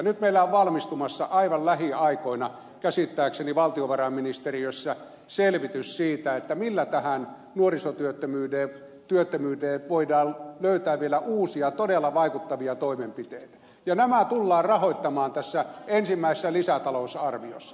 nyt meillä on valmistumassa aivan lähiaikoina käsittääkseni valtiovarainministeriössä selvitys siitä millä tähän nuorisotyöttömyyteen voidaan löytää vielä uusia todella vaikuttavia toimenpiteitä ja nämä tullaan rahoittamaan tässä ensimmäisessä lisätalousarviossa